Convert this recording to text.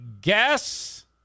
guess